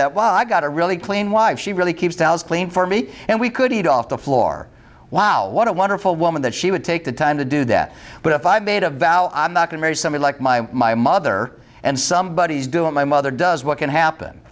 that while i've got a really clean wife she really keeps dallas playing for me and we could eat off the floor wow what a wonderful woman that she would take the time to do that but if i made a vow i'm not going marry someone like my my mother and some buddies do it my mother does what can happen